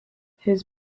his